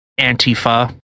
Antifa